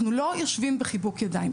אנחנו לא יושבים בחיבוק ידיים,